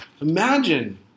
imagine